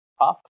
up